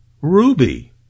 Ruby